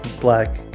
black